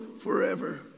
forever